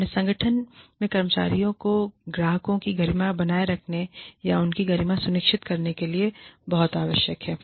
अपने संगठन में कर्मचारियों और ग्राहकों की गरिमा को बनाए रखने या उनकी गरिमा सुनिश्चित करने के लिए यह बहुत आवश्यक है